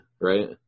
right